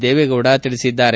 ದೇವೇಗೌಡ ಹೇಳಿದ್ದಾರೆ